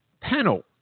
panel